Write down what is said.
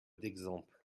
d’exemple